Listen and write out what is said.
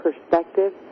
perspective